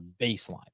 baseline